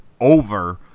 over